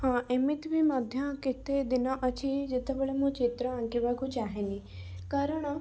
ହଁ ଏମିତି ବି ମଧ୍ୟ କେତେ ଦିନ ଅଛି ଯେତେବେଳେ ମୁଁ ଚିତ୍ର ଆଙ୍କିବାକୁ ଚାହେଁନି କାରଣ